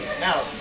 Now